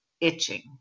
itching